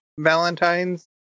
Valentine's